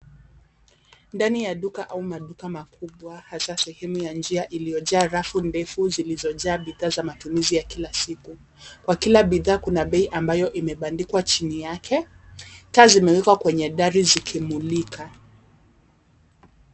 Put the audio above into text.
Ndani ya duka au maduka makubwa hasa sehemu ya njia iliyojaa rafu ndefu zilizojaa bidhaa za matumizi ya kila siku, kwa kila bidhaa kuna bei ambayo imebandikwa chini yake, taa zimewekwa kwenye dari zikimulika.